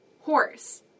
Horse